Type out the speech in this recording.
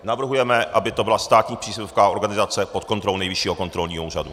Navrhujeme, aby to byla státní příspěvková organizace pod kontrolou Nejvyššího kontrolního úřadu.